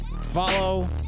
follow